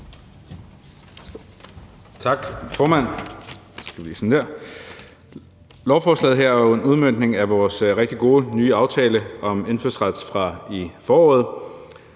Tak, formand. Lovforslaget her er jo en udmøntning af vores rigtig gode nye aftale om indfødsret fra i foråret.